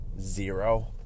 zero